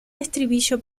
estribillo